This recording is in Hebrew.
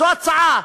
זו הצעה.